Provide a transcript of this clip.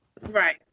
Right